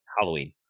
halloween